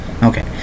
Okay